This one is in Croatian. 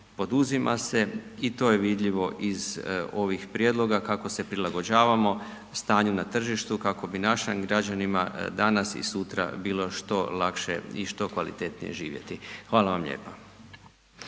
poduzima se i to je vidljivo iz ovih prijedloga kako se prilagođavamo stanju na tržištu kako bi našim građanima danas i sutra bilo što lakše i što kvalitetnije živjeti. Hvala vam lijepa.